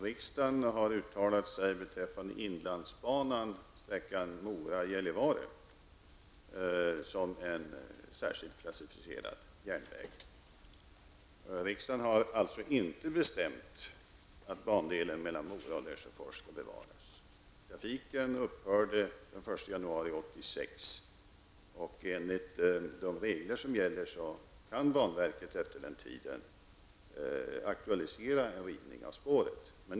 Riksdagen har uttalat sig beträffande inlandsbanan på sträckan Mora-- Trafiken upphörde den 1 januari 1986, och enligt de regler som gäller kan banverket efter den tiden aktualisera en rivning av spåren.